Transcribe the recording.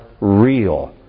real